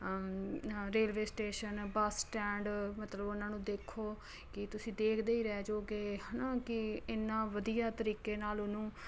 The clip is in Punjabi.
ਰੇਲਵੇ ਸਟੇਸ਼ਨ ਬੱਸ ਸਟੈਂਡ ਮਤਲਬ ਉਹਨਾਂ ਨੂੰ ਦੇਖੋ ਕਿ ਤੁਸੀਂ ਦੇਖਦੇ ਹੀ ਰਹਿ ਜਾਓਗੇ ਹੈ ਨਾ ਕਿ ਇੰਨਾ ਵਧੀਆ ਤਰੀਕੇ ਨਾਲ ਉਹਨੂੰ